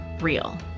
real